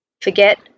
Forget